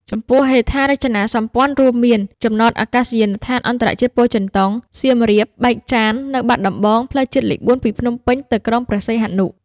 ចំពោះហេដ្ឋារចនាសម្ព័ន្ធរួមមាន ចំណតអាកាសយានដ្ឋានអន្តរជាតិពោធិចិនតុង, សៀមរាប, បែកចាន នៅបាត់ដំបង, ផ្លូវជាតិលេខ៤ ពីភ្នំពេញ ទៅក្រុងព្រះសីហនុ។